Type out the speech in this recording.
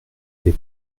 des